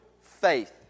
faith